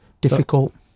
difficult